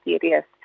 serious